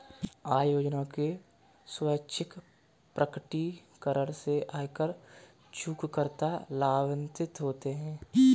आय योजना के स्वैच्छिक प्रकटीकरण से आयकर चूककर्ता लाभान्वित होते हैं